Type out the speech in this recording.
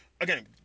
again